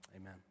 amen